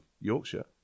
Yorkshire